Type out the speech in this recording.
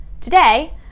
Today